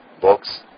books